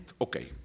okay